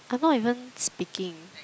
I'm not even speaking